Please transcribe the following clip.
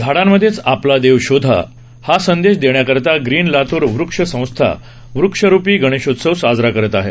झाडांमध्येच आपला देव शोधा हा संदेश देण्याकरीता ग्रीन लातूर वृक्ष संस्था वृक्षरुपी गणेशोत्सव साजरा करत आहे